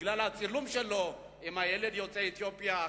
בגלל הצילום שלו עם הילד יוצא אתיופיה,